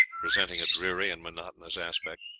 presenting a dreary and monotonous aspect.